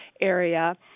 area